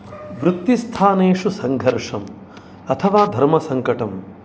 वृत्तिस्थानेषु सङ्घर्षं अथवा धर्मसङ्कटं